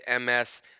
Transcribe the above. MS